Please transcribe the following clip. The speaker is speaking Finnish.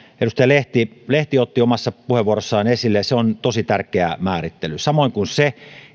edustaja lehti lehti otti omassa puheenvuorossaan esille se on tosi tärkeä määrittely samoin kuin se